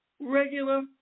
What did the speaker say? regular